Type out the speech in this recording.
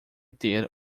ter